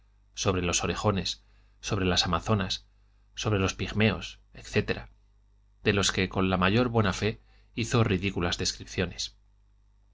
sobre los orejones sobre las amazonas sobre los pigmeos etc de los que con la mayor buena fe hizo ridiculas descripciones